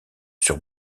sur